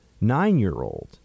nine-year-old